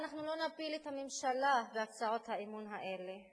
אנחנו לא נפיל את הממשלה בהצעות האי-אמון האלה.